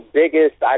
biggest